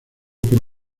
por